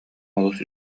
олус